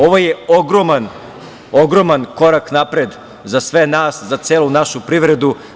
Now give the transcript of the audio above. Ovo je ogroman korak napred za sve nas, za celu našu privredu.